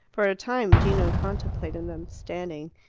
for a time gino contemplated them standing.